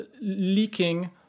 leaking